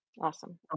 Awesome